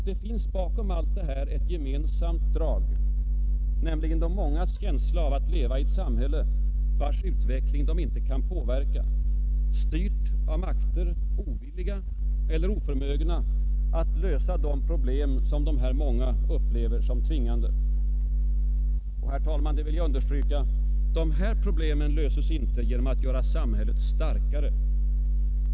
Det finns bakom allt detta ett gemensamt drag, nämligen de mångas känsla av att leva i ett samhälle, vars utveckling de inte kan påverka, styrt av makter, ovilliga eller oförmögna att lösa de problem som de många upplever som tvingande. Och, herr talman — det vill jag understryka — dessa problem löses inte genom att göra samhället starkare.